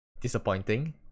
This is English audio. disappointing